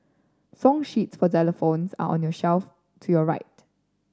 song sheets for xylophones are on your shelf to your right